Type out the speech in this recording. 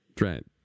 Right